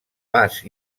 vas